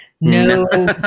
no